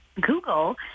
Google